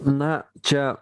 na čia